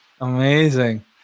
Amazing